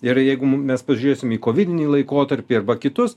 ir jeigu mes pažiūrėsim į kovidinį laikotarpį arba kitus